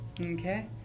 Okay